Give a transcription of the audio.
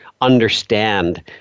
understand